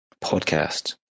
podcast